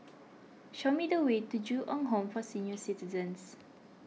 show me the way to Ju Eng Home for Senior Citizens